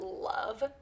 love